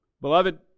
Beloved